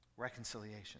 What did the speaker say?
reconciliation